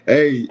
Hey